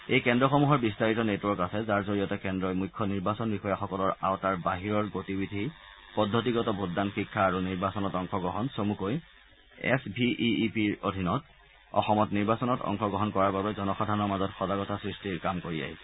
এই কেন্দ্ৰসমূহৰ বিস্তাৰিত নেটৱৰ্ক আছে যাৰ জৰিয়তে কেন্দ্ৰই মুখ্য নিৰ্বাচন বিষয়াসকলৰ আওতাৰ বাহিৰৰ গতি বিধি পদ্ধতিগত ভোটদান শিক্ষা আৰু নিৰ্বাচনত অংশগ্ৰহণ চমুকৈ এছ ভি ই ই পিৰ অধীনত অসমত নিৰ্বাচনত অংশগ্ৰহণ কৰাৰ বাবে জনসাধাৰণৰ মাজত সজাগতা সৃষ্টিৰ কাম কৰি আহিছে